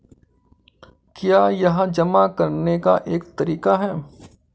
क्या यह जमा करने का एक तरीका है?